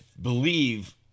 believe